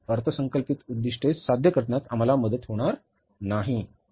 अर्थसंकल्पित उद्दिष्टे साध्य करण्यात आम्हाला मदत होणार नाही